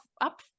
up